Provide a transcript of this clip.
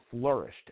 flourished